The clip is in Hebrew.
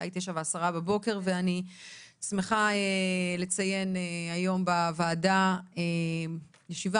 השעה היא 9:10 בבוקר ואני שמחה לציין היום בוועדה ישיבה